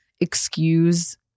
excuse